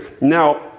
now